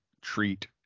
treat